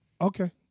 Okay